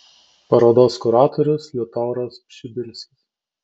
parodos kuratorius liutauras pšibilskis